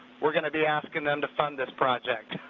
we're going to to ask them them to fund this project.